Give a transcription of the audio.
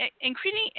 increasing